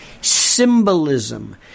Symbolism